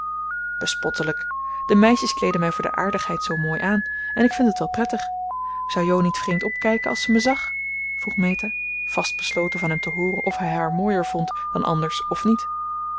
bespottelijk de meisjes kleedden mij voor de aardigheid zoo mooi aan en ik vind het wel prettig zou jo niet vreemd opkijken als ze me zag vroeg meta vast besloten van hem te hooren of hij haar mooier vond dan anders of niet